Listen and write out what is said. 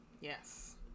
Yes